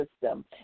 system